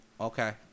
Okay